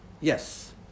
Yes